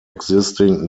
existing